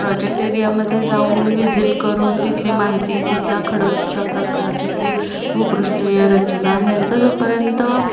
project एरियामध्ये जाऊन visit करून तिथली माहिती तिथला खडकचा प्रकार तिथली भूपृष्ठीय रचना ह्यांचा जोपर्यंत